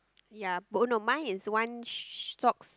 ya oh no mine is one socks